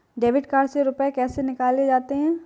Debit card से रुपये कैसे निकाले जाते हैं?